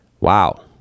Wow